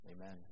Amen